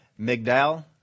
Migdal